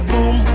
Boom